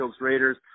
Raiders